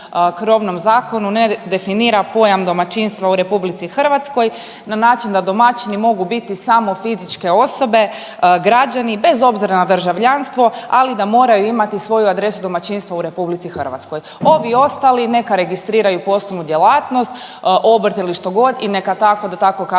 ne definira pojam domaćinstva u RH na način da domaćini mogu biti samo fizičke osobe, građani, bez obzira na državljanstvo, ali da moraju imati svoju adresu domaćinstva u RH. Ovi ostali neka registriraju poslovnu djelatnost, obrt ili što god i neka tako, da tako kažem,